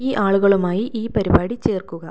ഈ ആളുകളുമായി ഈ പരിപാടി ചേർക്കുക